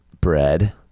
Bread